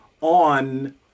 on